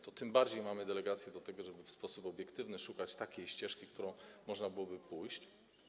Tym bardziej mamy delegację do tego, żeby w sposób obiektywny szukać takiej ścieżki, którą można byłoby pójść.